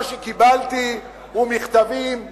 מה שקיבלתי זה מכתבים מבאר-שבע,